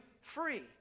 free